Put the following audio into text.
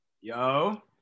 Yo